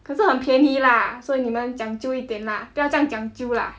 可是很便宜 lah 所以你们讲究一点 lah 不要这样讲究了